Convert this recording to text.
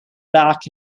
back